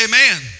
Amen